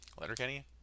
Letterkenny